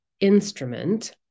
Instrument